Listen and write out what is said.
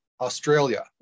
Australia